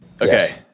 Okay